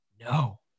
no